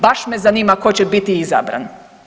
Baš me zanima tko će biti izabran.